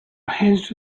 hinged